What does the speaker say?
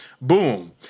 boom